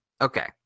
okay